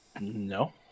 No